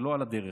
זה לא על הדרך.